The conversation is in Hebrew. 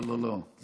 לא, לא, לא.